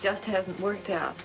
just hasn't worked out